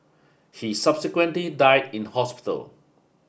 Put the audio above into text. he subsequently died in hospital